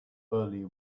early